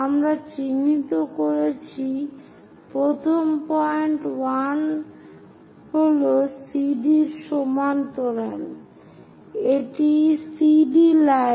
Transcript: আমরা চিহ্নিত করেছি প্রথম পয়েন্ট 1 হল CDর সমান্তরাল এটিই CD লাইন